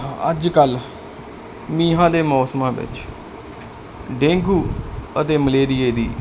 ਅੱਜ ਕੱਲ ਮੀਹਾਂ ਦੇ ਮੌਸਮਾਂ ਵਿੱਚ ਡੇਂਗੂ ਅਤੇ ਮਲੇਰੀਏ ਦੀ